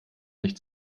nicht